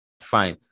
fine